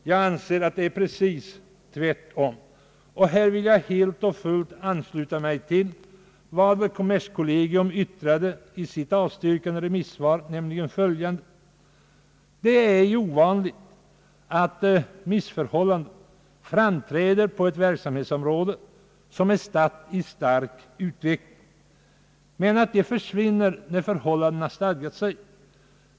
Jag anser att det är precis tvärtom. På denna punkt vill jag helt ansluta mig till vad kommerskollegium yttrat i sitt avstyrkande remissvar, nämligen följande: »Det är ej ovanligt, att missförhållanden framträder på ett verksamhetsområde, som är statt i stark utveckling, men att de försvinner, när verksamheten stadgat sig.